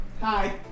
Hi